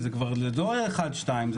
זה לא אחד או שניים,